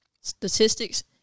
statistics